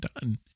done